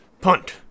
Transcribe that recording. PUNT